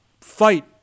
fight